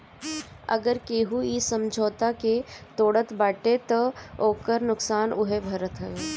अगर केहू इ समझौता के तोड़त बाटे तअ ओकर नुकसान उहे भरत हवे